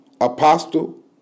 Apostle